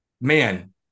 man